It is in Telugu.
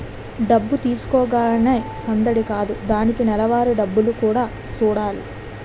డబ్బు తీసుకోగానే సందడి కాదు దానికి నెలవారీ డబ్బులు కూడా సూడాలి